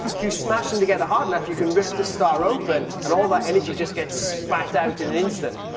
if you smash them together hard enough you can rip the star open and all that energy just gets spat out in an instant.